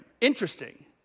Interesting